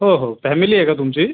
हो हो फॅमिली आहे का तुमची